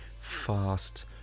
fast